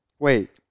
Wait